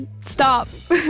stop